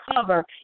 cover